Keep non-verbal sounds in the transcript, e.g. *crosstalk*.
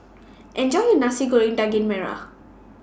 *noise* Enjoy your Nasi Goreng Daging Merah